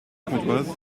pontoise